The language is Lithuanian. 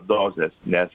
dozes nes